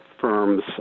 firms